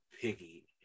Piggy